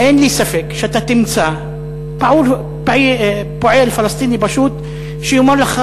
אין לי ספק שאתה תמצא פועל פלסטיני פשוט שיאמר לך: